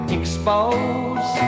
expose